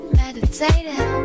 meditating